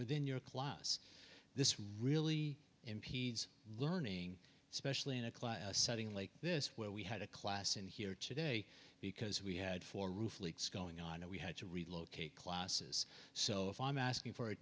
within your class this really impedes learning especially in a class setting like this where we had a class in here today because we had four roof leaks going on and we had to relocate classes so if i'm asking for a